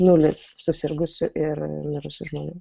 nulis susirgusių ir mirusių žmonių